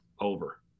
Over